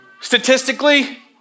Statistically